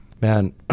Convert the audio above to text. man